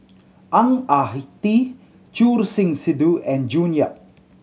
Ang Ah Tee Choor Singh Sidhu and June Yap